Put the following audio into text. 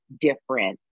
different